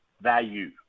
value